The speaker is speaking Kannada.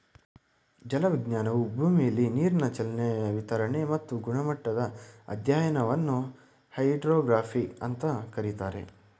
ಜಲವಿಜ್ಞಾನವು ಭೂಮಿಲಿ ನೀರಿನ ಚಲನೆ ವಿತರಣೆ ಮತ್ತು ಗುಣಮಟ್ಟದ ಅಧ್ಯಯನವನ್ನು ಹೈಡ್ರೋಗ್ರಫಿ ಅಂತ ಕರೀತಾರೆ